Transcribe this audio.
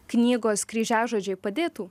knygos kryžiažodžiai padėtų